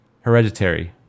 Hereditary